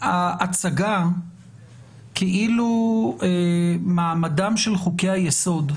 ההצגה כאילו מעמדם של חוקי היסוד